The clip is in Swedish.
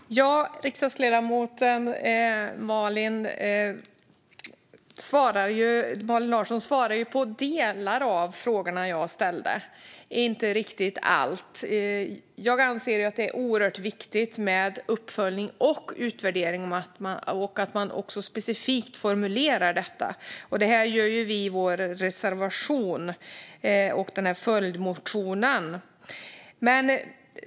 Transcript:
Herr talman! Riksdagsledamoten Malin Larsson svarar på delar av frågorna jag ställde men inte riktigt allt. Jag anser att det är oerhört viktigt med uppföljning och utvärdering och att man också specifikt formulerar detta. Det gör vi i vår reservation och i följdmotionen.